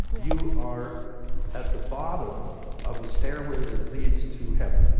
you are at the bottom of the stairway that leads to heaven,